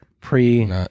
Pre